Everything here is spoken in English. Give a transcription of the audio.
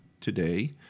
today